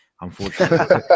unfortunately